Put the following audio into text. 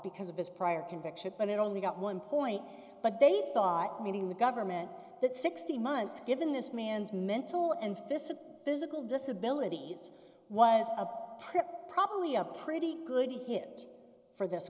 because of his prior conviction but it only got one point but they thought meaning the government that sixty months given this man's mental and this a physical disability was a probably a pretty good hit for this